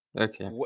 Okay